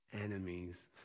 enemies